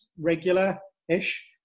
regular-ish